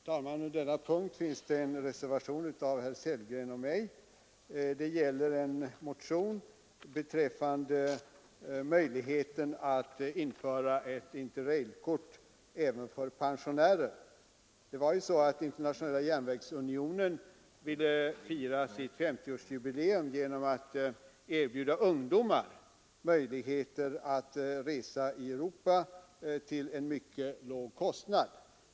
Herr talman! Vid denna punkt i utskottets betänkande finns det en reservation av herr Sellgren och mig. Den gäller en motion rörande möjligheten att införa ett Inter-Rail-kort även för pensionärer. Det var så att den internationella järnvägsunionen ville fira sitt femtioårsjubileum genom att erbjuda ungdomar möjligheter att resa i Europa till en mycket låg kostnad.